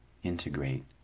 integrate